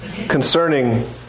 concerning